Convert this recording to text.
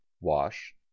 wash